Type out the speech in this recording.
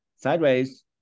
sideways